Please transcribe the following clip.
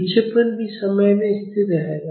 विक्षेपण भी समय में स्थिर रहेगा